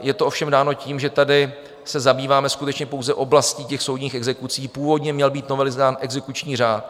Je to ovšem dáno tím, že tady se zabýváme skutečně pouze oblastí těch soudních exekucí, původně měl být novelizován exekuční řád.